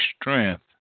strength